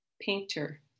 painter